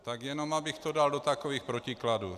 Tak jenom abych to dal do takových protikladů.